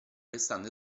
restando